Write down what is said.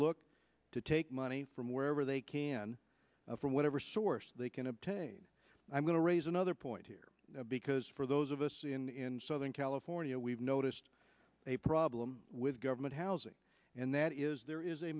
look to take money from wherever they can from whatever source they can obtain i'm going to raise another point here because for those of us in southern california we've noticed a problem with government housing and that is there is a